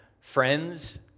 friends